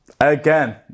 Again